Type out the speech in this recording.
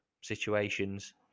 situations